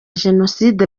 jenoside